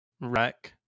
wreck